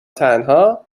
تنها